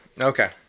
Okay